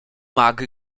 mag